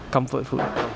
comfort food